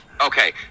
Okay